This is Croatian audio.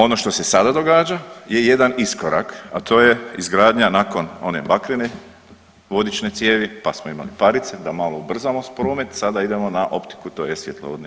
Ono što se sada događa je jedan iskorak, a to je izgradnja nakon one bakrene vodične cijevi pa smo imali parice da malo ubrzamo promet, sada idemo na optiku tj. svjetlovodni